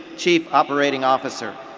chief operating officer.